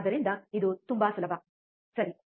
ಆದ್ದರಿಂದ ಇದು ತುಂಬಾ ಸುಲಭ ಸರಿ